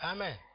Amen